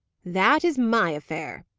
that is my affair,